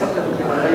סעיפים 1